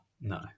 no